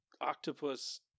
octopus